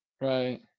Right